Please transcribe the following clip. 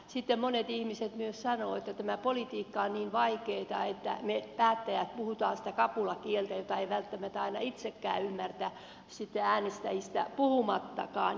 sitten monet ihmiset myös sanovat että tämä politiikka on niin vaikeata että me päättäjät puhumme sitä kapulakieltä jota ei välttämättä aina itsekään ymmärrä sitten äänestäjistä puhumattakaan